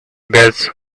badge